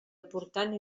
aportant